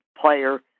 player